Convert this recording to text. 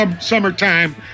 summertime